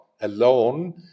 alone